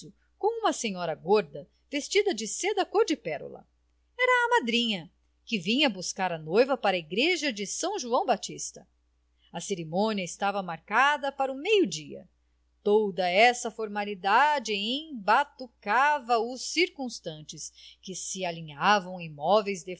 com uma senhora gorda vestida de seda cor de pérola era a madrinha que vinha buscar a noiva para a igreja de são joão batista a cerimônia estava marcada para o meio-dia toda esta formalidade embatucava os circunstantes que se alinhavam imóveis